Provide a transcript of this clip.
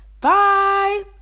Bye